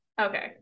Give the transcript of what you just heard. Okay